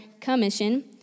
commission